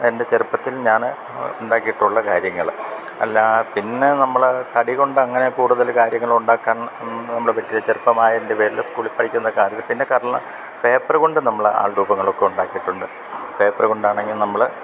എൻ്റെ ചെറുപ്പത്തിൽ ഞാൻ ഉണ്ടാക്കീട്ടൊള്ള കാര്യങ്ങൾ അല്ലാ പിന്നെ നമ്മൾ തടികൊണ്ടങ്ങനെ കൂടുതൽ കാര്യങ്ങൾ ഉണ്ടാക്കാൻ നമ്മൾ പറ്റു ചെറുപ്പമായേൻ്റെ പേരിൽ സ്കൂളിൽ പഠിക്കുന്ന കാരർ പിന്നെ കാരണം പേപ്പറ് കൊണ്ട് നമ്മള് ആൾ രൂപങ്ങളൊക്കെ ഉണ്ടാക്കീട്ടുണ്ട് പേപ്പറ് കൊണ്ടാണെങ്കിൽ നമ്മൾ